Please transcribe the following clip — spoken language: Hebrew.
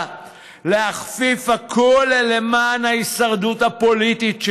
להכפיף הכול למען הישרדותו הפוליטית.